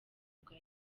bwa